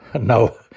No